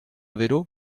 vélo